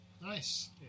Nice